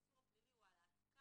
אבל האיסור הפלילי הוא על העתקה,